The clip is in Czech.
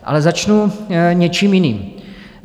Ale začnu něčím jiným.